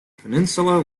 peninsula